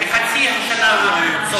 האם זה יתחיל בחצי השנה הזאת?